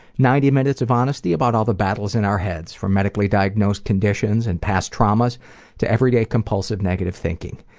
ninety minutes of honesty about all the battles in our head, from medically diagnosed conditions and past traumas to everyday compulsive negative thinking.